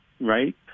right